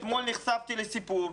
אתמול נחשפתי לסיפור.